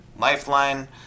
Lifeline